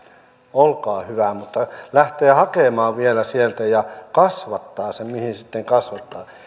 olkaa hyvä mutta lähteä hakemaan vielä sieltä ja kasvattaa sen mihin sitten kasvattaa